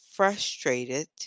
Frustrated